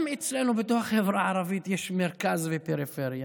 גם אצלנו בתוך החברה הערבית יש מרכז ופריפריה,